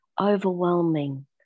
overwhelming